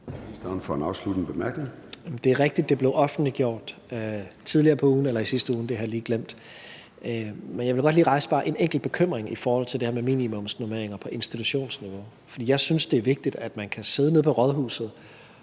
Det er rigtigt, at det blev offentliggjort tidligere på ugen – eller i sidste uge; det har jeg lige glemt. Men jeg vil godt lige rejse bare en enkelt bekymring i forhold til det her med minimumsnormeringer på institutionsniveau, for jeg synes, at det er vigtigt, at man kan sidde nede på rådhuset